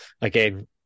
again